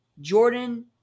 Jordan